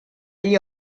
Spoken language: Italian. gli